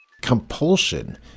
compulsion